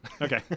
Okay